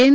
N